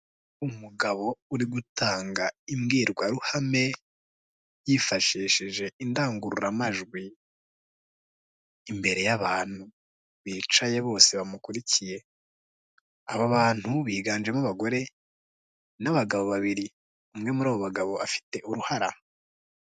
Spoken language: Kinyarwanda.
Umugabo uri gutanga imbwirwaruhame yifashishije indangururamajwi imbere y'abantu bicaye bose bamukurikiye, aba bantu biganjemo abagore n'abagabo babiri, umwe muri abo bagabo afite uruhara.